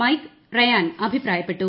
Mike Ryan അഭിപ്രായപ്പെട്ടു